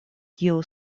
kiu